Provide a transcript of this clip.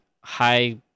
high